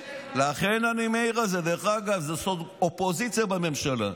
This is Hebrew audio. דרך אגב, זו אופוזיציה בממשלה.